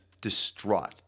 distraught